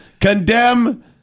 condemn